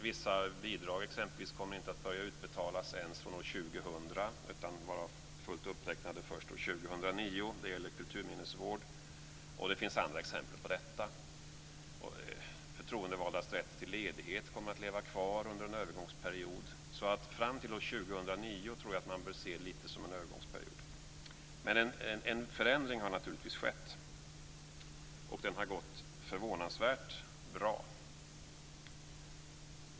Vissa bidrag kommer exempelvis inte ens att börja utbetalas från år 2000 utan vara fullt uppräknade först år 2009. Det gäller kulturminnesvård, och det finns andra exempel. Förtroendevaldas rätt till ledighet kommer att leva kvar under en övergångsperiod. Fram till år 2009 bör man alltså se det som en övergångsperiod. Men en förändring har naturligtvis skett, och den har gått förvånansvärt bra.